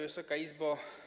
Wysoka Izbo!